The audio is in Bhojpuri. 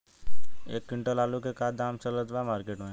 एक क्विंटल आलू के का दाम चलत बा मार्केट मे?